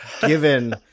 given